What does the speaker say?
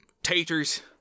taters